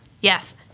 Yes